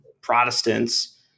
Protestants